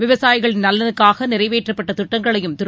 விவசாயிகளின் நலனுக்காக நிறைவேற்றப்பட்ட திட்டங்களையும் திரு